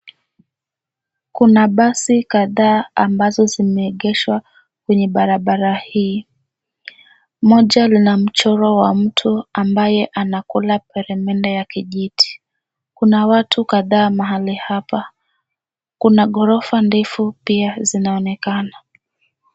Kuna basi kadhaa ambazo zimeegeshwa kwenye barabara hii. Moja lina michoro wa mtu ambaye anakula peremende ya kijiti. Kuna watu kadhaa mahali hapa. Kuna ghorofa ndefu pia zinaonekana.